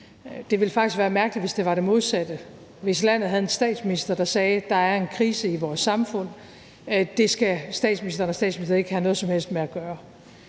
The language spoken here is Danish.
Det ville faktisk være mærkeligt, hvis det var det modsatte, altså hvis landet havde en statsminister, der sagde: Der er en krise i vores samfund; det skal statsministeren og Statsministeriet ikke have noget som helst med at gøre.